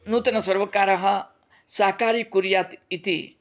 नूतनसर्वकारः साकारीकुर्यात् इति